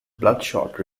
bloodshot